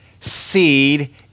seed